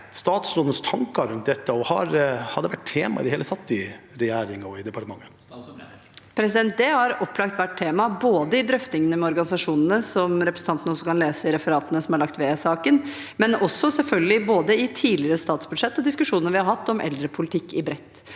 statsrådens tanker rundt dette, og har det i det hele tatt vært tema i regjeringen og i departementet? Statsråd Tonje Brenna Det har opplagt vært tema både i drøftingene med organisasjonene, som representanten kan lese i referatene som er lagt ved saken, og selvfølgelig også i tidligere statsbudsjett og diskusjoner vi har hatt om eldrepolitikk i bredt.